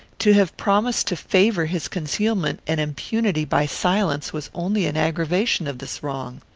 to have promised to favour his concealment and impunity by silence was only an aggravation of this wrong.